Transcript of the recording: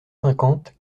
cinquante